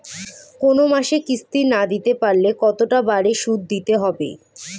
কোন মাসে কিস্তি না দিতে পারলে কতটা বাড়ে সুদ দিতে হবে?